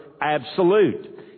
absolute